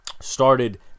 started